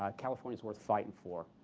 ah california is worth fighting for.